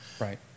Right